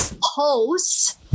hosts